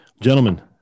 Gentlemen